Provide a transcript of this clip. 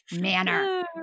manner